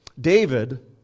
David